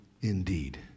indeed